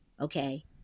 okay